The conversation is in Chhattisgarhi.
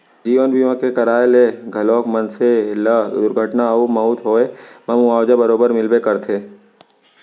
जीवन बीमा के कराय ले घलौक मनसे ल दुरघटना अउ मउत होए म मुवाजा बरोबर मिलबे करथे